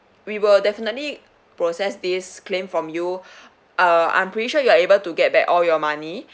we will definitely process this claim from you uh I'm pretty sure you're able to get back all your money